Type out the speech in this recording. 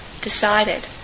decided